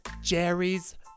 Jerry's